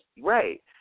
right